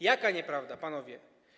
Jaka nieprawda, panowie?